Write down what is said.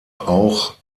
auch